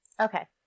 Okay